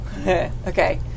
okay